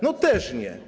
No też nie.